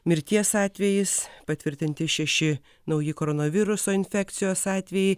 mirties atvejis patvirtinti šeši nauji koronaviruso infekcijos atvejai